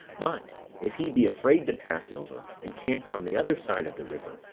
but if he be afraid to pass over, and camp on the other side of the river,